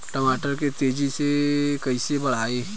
टमाटर के तेजी से कइसे बढ़ाई?